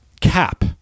cap